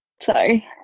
Sorry